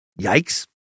Yikes